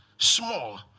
Small